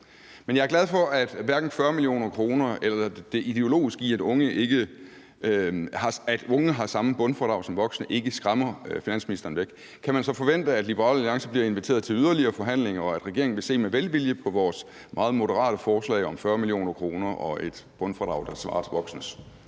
Men jeg er glad for, at hverken 40 mio. kr. eller det ideologiske i, at unge har samme bundfradrag som voksne, ikke skræmmer finansministeren væk. Kan man så forvente, at Liberal Alliance bliver inviteret til yderligere forhandlinger, og at regeringen vil se med velvilje på vores meget moderate forslag om 40 mio. kr. og et bundfradrag, der svarer til voksnes?